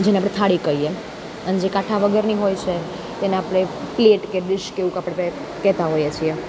જેને આપણે થાળી કહીએ અને જે કાંઠા વગરની હોય છે તેને આપણે પ્લેટ કે ડીશ કે એવું આપણે કંઈક કહેતા હોઈએ છીએ